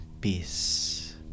peace